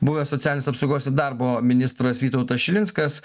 buvęs socialinės apsaugos ir darbo ministras vytautas šilinskas